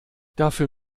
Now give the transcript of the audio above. dafür